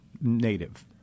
native